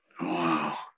Wow